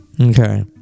Okay